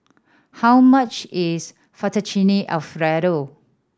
how much is Fettuccine Alfredo